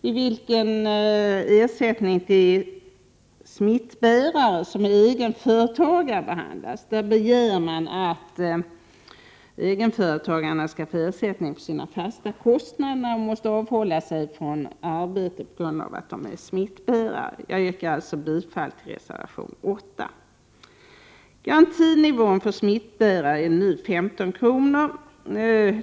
I denna begär man att egenföretagare skall få ersättning för sina fasta kostnader när de måste avhålla sig från arbete på grund av att de är smittbärare. Garantinivån för smittbärare är nu 15 kr.